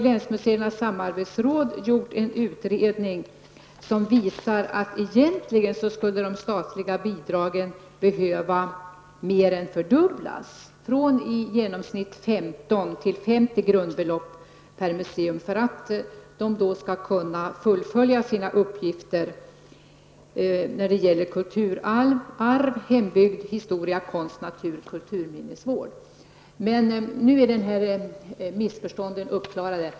Länsmuseernas samarbetsråd har gjort en utredning som visar att de statliga bidragen egentligen skulle behöva mer än fördubblas från i genomsnitt 15 till 50 grundbelopp per museum för att museerna skall kunna fullgöra sina uppgifter när det gäller kulturarv, hembygd, historia, konst, natur och kulturminnesvård. Men nu är dessa missförstånd uppklarade.